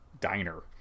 diner